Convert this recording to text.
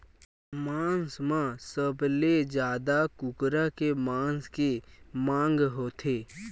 मांस म सबले जादा कुकरा के मांस के मांग होथे